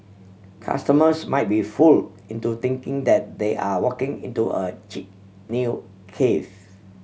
customers might be fool into thinking that they are walking into a chic new cafe